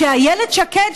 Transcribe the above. שאיילת שקד,